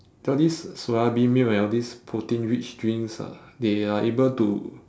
all these soya bean milk and all these protein rich drinks uh they are able to